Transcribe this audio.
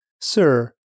Sir